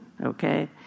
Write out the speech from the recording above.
Okay